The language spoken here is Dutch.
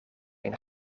een